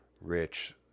rich